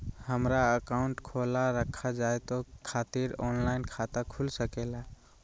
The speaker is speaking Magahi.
हमारा अकाउंट खोला रखा जाए खातिर ऑनलाइन खाता खुल सके ला?